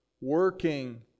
working